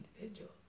individual